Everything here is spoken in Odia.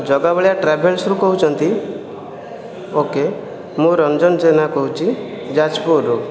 ଜଗା ବଳିଆ ଟ୍ରାଭେଲ୍ସରୁ କହୁଛନ୍ତି ଓକେ ମୁଁ ରଞ୍ଜନ ଜେନା କହୁଛି ଯାଜପୁରରୁ